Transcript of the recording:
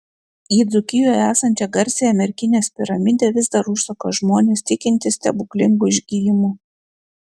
į dzūkijoje esančią garsiąją merkinės piramidę vis dar užsuka žmonės tikintys stebuklingu išgijimu